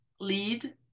lead